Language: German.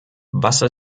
wasser